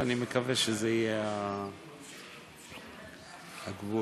אני מקווה שזה יהיה הגבול.